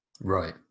right